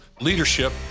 leadership